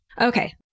Okay